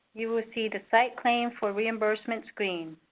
you will see the site claim for reimbursement screen.